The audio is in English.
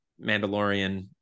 Mandalorian